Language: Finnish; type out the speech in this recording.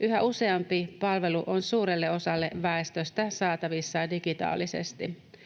Yhä useampi palvelu on suurelle osalle väestöstä saatavissa digitaalisesti.